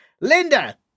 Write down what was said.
Linda